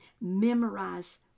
memorize